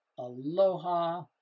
Aloha